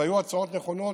והיו הצעות נכונות,